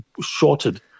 shorted